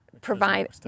provide